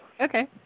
Okay